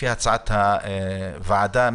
לפי הצעת הוועדה, להצבעה.